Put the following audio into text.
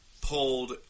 pulled